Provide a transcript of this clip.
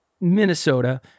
Minnesota